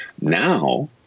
Now